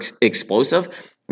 explosive